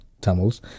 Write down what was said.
Tamils